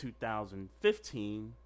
2015